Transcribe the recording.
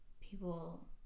people